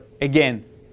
again